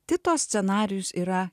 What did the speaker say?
tito scenarijus yra